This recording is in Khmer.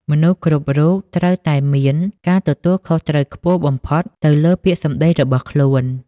មនុស្សគ្រប់រូបត្រូវតែមាន ការទទួលខុសត្រូវខ្ពស់បំផុត ទៅលើពាក្យសម្ដីរបស់ខ្លួន។